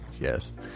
Yes